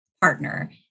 partner